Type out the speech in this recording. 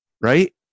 right